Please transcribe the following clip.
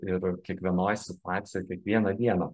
ir kiekvienoj situacijoj kiekvieną dieną